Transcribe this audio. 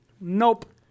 nope